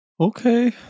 okay